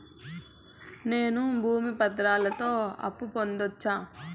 నేను భూమి పత్రాలతో అప్పు పొందొచ్చా?